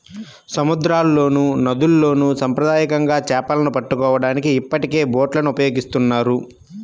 సముద్రాల్లోనూ, నదుల్లోను సాంప్రదాయకంగా చేపలను పట్టుకోవడానికి ఇప్పటికే బోట్లను ఉపయోగిస్తున్నారు